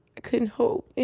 couldn't hold him.